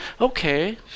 okay